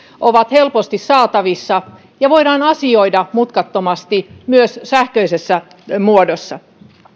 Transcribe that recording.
ja helposti saatavissa ja että trafissa voidaan asioida mutkattomasti myös sähköisessä muodossa